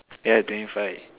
yeah twenty five